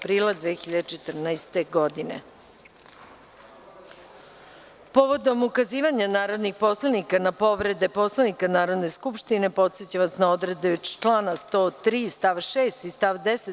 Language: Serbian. Povodom ukazivanja narodnih poslanika na povrede Poslovnika Narodne skupštine, podsećam vas na odredbe člana 103. stav 6. i stav 10.